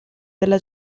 della